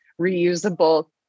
reusable